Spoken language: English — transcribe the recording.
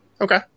Okay